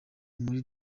muri